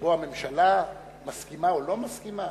שבו הממשלה מסכימה או לא מסכימה.